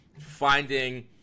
finding